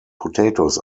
potatoes